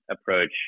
approach